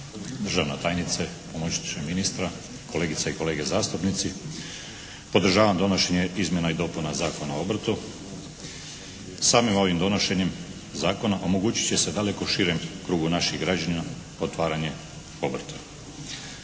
državna tajnice, pomoćniče ministra, kolegice i kolege zastupnici. Podržavam donošenje izmjena i dopuna Zakona o obrtu. Samim ovim donošenjem zakona omogućit će se daleko širem krugu naših građana otvaranje obrta